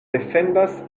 defendas